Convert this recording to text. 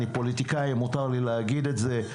אני פוליטיקאי, מותר לי להגיד את זה.